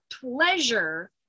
pleasure